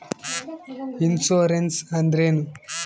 Insurance ಅಂದ್ರೇನು?